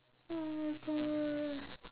oh my god